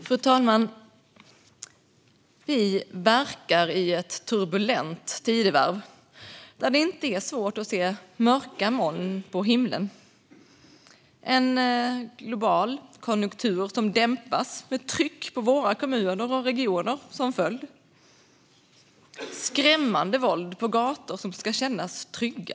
Fru talman! Vi verkar i ett turbulent tidevarv där det inte är svårt att se mörka moln på himlen. Vi har en global konjunktur som dämpas, med ett ökat tryck på kommuner och landsting som följd. Vi har skrämmande våld på gator som ska kännas trygga.